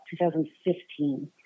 2015